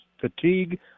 fatigue